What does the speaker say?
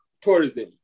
tourism